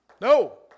No